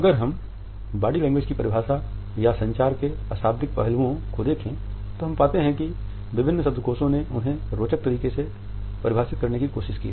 अगर हम body language की परिभाषा या संचार के अशाब्दिक पहलुओं को देखें तो हम पाते हैं कि विभिन्न शब्दकोशों ने उन्हें रोचक तरीके से परिभाषित करने की कोशिश की है